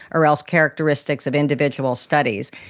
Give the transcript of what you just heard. or else characteristics of individual studies.